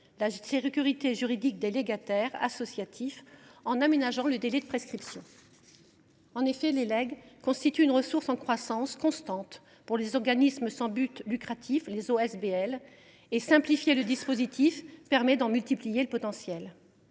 la sécurité juridique des légataires associatifs en aménageant le délai de prescription. En effet, les legs constituent une ressource en croissance constante pour les organismes sans but lucratif (OSBL) et simplifier le dispositif permet d’en multiplier le potentiel.